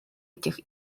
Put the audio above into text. этих